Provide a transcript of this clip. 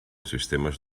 sistemes